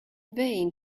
vain